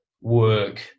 work